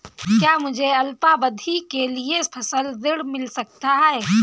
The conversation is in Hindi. क्या मुझे अल्पावधि के लिए फसल ऋण मिल सकता है?